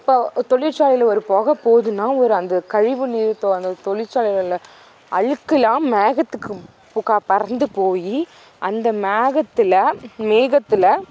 இப்போ தொழிற்சாலையில ஒரு பொகை போகுதுன்னா ஒரு அந்த கழிவுநீர் இப்போது அந்த தொழிற்சாலைகள்ல அழுக்குலாம் மேகத்துக்கு பறந்து போய் அந்த மேகத்தில் மேகத்தில்